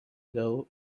dėl